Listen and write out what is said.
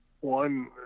one